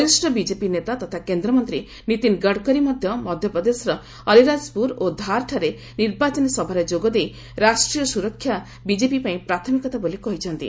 ବରିଷ ବିଜେପି ନେତା ତଥା କେନ୍ଦ୍ରମନ୍ତ୍ରୀ ନୀତିନ ଗଡ଼କରୀ ମଧ୍ୟ ମଧ୍ୟପ୍ରଦେଶର ଅଲିରାଜପୁର ଓ ଧାର୍ଠାରେ ନିର୍ବାଚନୀ ସଭାରେ ଯୋଗଦେଇ ରାଷ୍ଟ୍ରୀୟ ସୁରକ୍ଷା ବିଜେପି ପାଇଁ ପ୍ରାଥମିକତା ବୋଲି କହିଛନ୍ତି